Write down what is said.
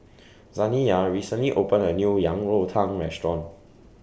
Zaniyah recently opened A New Yang Rou Tang Restaurant